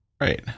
Right